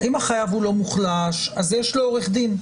אם החייב הוא לא מוחלש אז יש לו עורך דין.